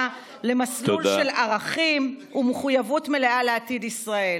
למסלול של ערכים ומחויבות מלאה לעתיד ישראל.